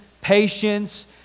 patience